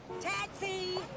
Taxi